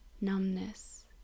numbness